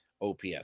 OPS